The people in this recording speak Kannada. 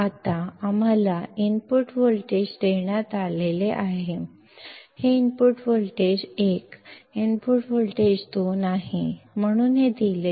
ಈಗ ನಮಗೆ ಇನ್ಪುಟ್ ವೋಲ್ಟೇಜ್ಗಳನ್ನು ನೀಡಲಾಗಿದೆ ಇದು ಇನ್ಪುಟ್ ವೋಲ್ಟೇಜ್ 1 ಇನ್ಪುಟ್ ವೋಲ್ಟೇಜ್ 2 ಆಗಿದೆ